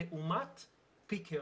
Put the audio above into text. לעומת פיקר.